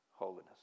holiness